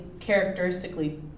characteristically